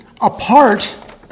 apart